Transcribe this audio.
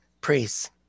priests